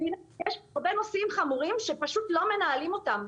אני מבינה שיש הרבה נושאים חמורים שפשוט לא מנהלים אותם.